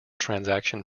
transaction